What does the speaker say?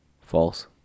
False